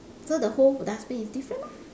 so the whole dustbin is different lor